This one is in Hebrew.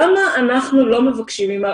למה אנחנו לא מבקשים?